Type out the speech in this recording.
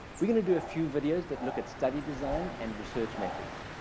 we're going to do a few videos that look at study design and research methods.